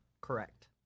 Correct